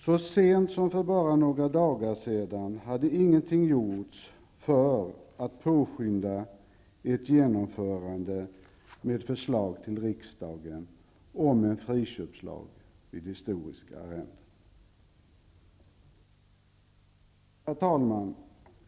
Så sent som för bara några dagar sedan hade ingenting gjorts för att med förslag till riksdagen påskynda ett genomförande av en friköpslag gällande historiska arrenden. Herr talman!